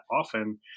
often